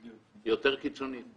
היא יותר קיצונית.